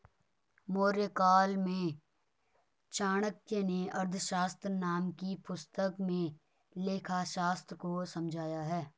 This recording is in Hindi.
मौर्यकाल में चाणक्य नें अर्थशास्त्र नाम की पुस्तक में लेखाशास्त्र को समझाया है